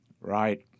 Right